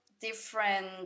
different